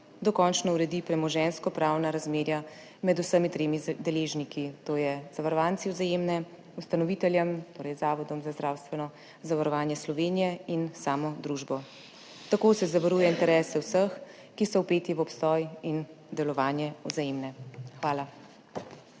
dokončno uredi premoženjskopravna razmerja med vsemi tremi deležniki, to so zavarovanci Vzajemne, ustanovitelj, torej Zavod za zdravstveno zavarovanje Slovenije, in sama družba. Tako se zavaruje interese vseh, ki so vpeti v obstoj in delovanje Vzajemne. Hvala.